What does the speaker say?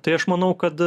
tai aš manau kad